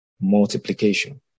multiplication